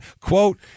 quote